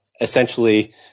essentially